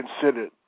considered